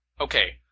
okay